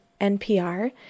NPR